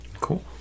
Cool